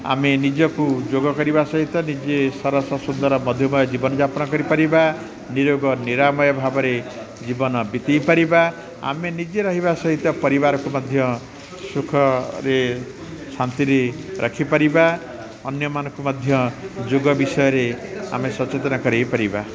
ଆମେ ନିଜକୁ ଯୋଗ କରିବା ସହିତ ନିଜେ ସରସ ସୁନ୍ଦର ମଧୁମୟ ଜୀବନ ଯାପନ କରିପାରିବା ନିରୋଗ ନିରାମୟ ଭାବରେ ଜୀବନ ବିତାଇ ପାରିବା ଆମେ ନିଜେ ରହିବା ସହିତ ପରିବାରକୁ ମଧ୍ୟ ସୁଖରେ ଶାନ୍ତିରେ ରଖିପାରିବା ଅନ୍ୟମାନଙ୍କୁ ମଧ୍ୟ ଯୋଗ ବିଷୟରେ ଆମେ ସଚେତନ କରାଇ ପାରିବା